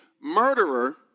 murderer